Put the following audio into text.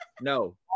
No